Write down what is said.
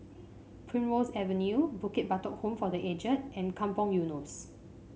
Primrose Avenue Bukit Batok Home for The Aged and Kampong Eunos